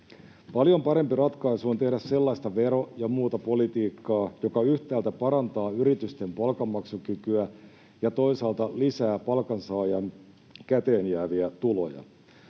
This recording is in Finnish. Paljon parempi ratkaisu on tehdä sellaista vero- ja muuta politiikkaa, joka yhtäältä parantaa yritysten palkanmaksukykyä ja toisaalta lisää palkansaajan käteenjääviä tuloja.